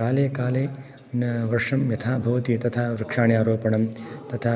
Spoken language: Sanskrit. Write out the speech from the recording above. काले काले न वर्षं यथा भवति तथा वृक्षाणि आरोपणं तथा